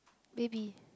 baby